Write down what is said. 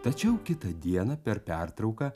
tačiau kitą dieną per pertrauką